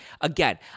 Again